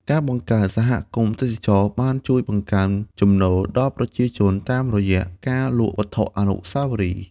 ការបង្កើតសហគមន៍ទេសចរណ៍បានជួយបង្កើនចំណូលដល់ប្រជាជនតាមរយៈការលក់វត្ថុអនុស្សាវរីយ៍។